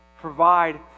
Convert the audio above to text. provide